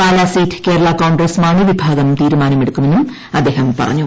പാലാസീറ്റ് കേരള കോൺഗ്രസ് മാണിവിഭാഗം തീരുമാനം എടുക്കുമെന്നും അദ്ദേഹം പറഞ്ഞു